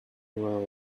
were